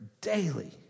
daily